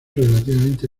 relativamente